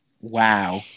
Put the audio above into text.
wow